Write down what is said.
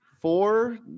four